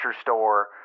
store